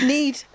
Need